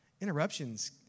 interruptions